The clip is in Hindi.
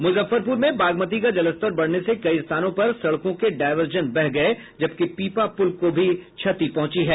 मुजफ्फरपुर में बागमती का जलस्तर बढ़ने से कई स्थानों पर सड़कों के डायवर्जन बह गये हैं जबकि पीपा पुलों को क्षति पहुंची है